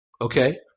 Okay